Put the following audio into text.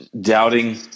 doubting